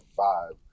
five